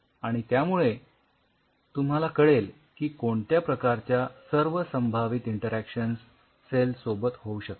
आणि यामुळे तुम्हाला कळेल की कोणत्या प्रकारच्या सर्व संभावित इंटरॅक्शन्स सेल्स सोबत होऊ शकतात